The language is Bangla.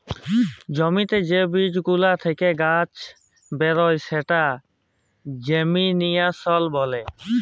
জ্যমিতে যে বীজ গুলা থেক্যে গাছ বেরয় সেটাকে জেমিনাসল ব্যলে